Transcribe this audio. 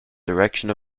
direction